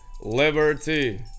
liberty